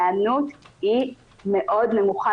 ההיענות היא מאוד נמוכה.